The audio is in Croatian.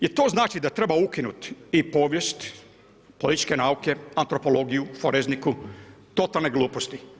Jel' to znači da treba ukinuti i povijest, političke nauke, antropologije, forenziku, totalne gluposti.